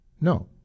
No